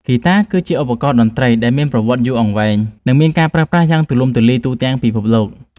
ហ្គីតាគឺជាឧបករណ៍តន្ត្រីដែលមានប្រវត្តិយូរអង្វែង និងមានការប្រើប្រាស់យ៉ាងទូលំទូលាយនៅទូទាំងពិភពលោក។